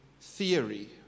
theory